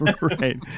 Right